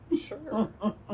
Sure